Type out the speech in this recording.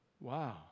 wow